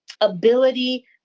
ability